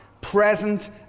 present